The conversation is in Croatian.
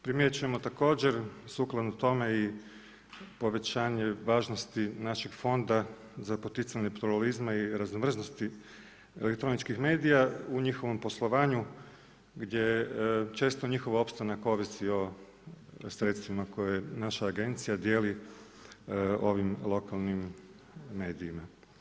Primjećujemo također sukladno tome i povećanje važnosti našeg fonda za poticanje pluralizma i raznovrsnosti elektroničkih medija u njihovom poslovanju gdje često njihov opstanak ovisi o sredstvima koje naša agencija dijeli ovim lokalnim medijima.